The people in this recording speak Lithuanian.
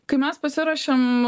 kai mes pasiruošiam